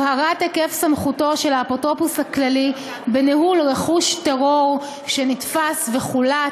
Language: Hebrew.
הבהרת היקף סמכותו של האפוטרופוס הכללי בניהול רכוש טרור שנתפס וחולט,